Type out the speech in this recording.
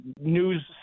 news